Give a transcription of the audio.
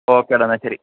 ഓക്കേടാ എന്നാൽ ശരി